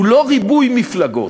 הוא לא ריבוי מפלגות,